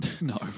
No